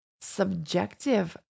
subjective